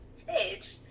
stage